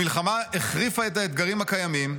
המלחמה החריפה את האתגרים הקיימים,